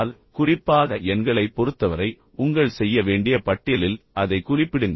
எனவே குறிப்பாக எண்களைப் பொறுத்தவரை உங்கள் செய்ய வேண்டிய பட்டியலில் அதை குறிப்பிடுங்கள்